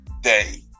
day